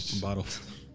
bottles